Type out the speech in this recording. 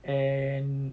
and